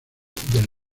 del